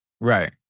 Right